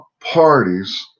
parties